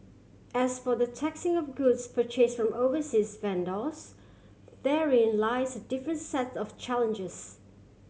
as for the taxing of goods purchase from overseas vendors therein lies a different sets of challenges